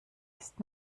ist